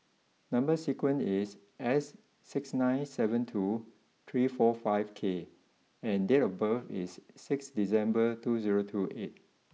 number sequence is S six nine seven two three four five K and date of birth is six December two zero two eight